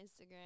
Instagram